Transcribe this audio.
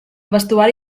vestuari